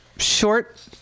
short